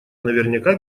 наверняка